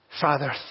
Father